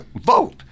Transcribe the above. vote